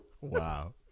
wow